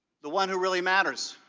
the one who really matters.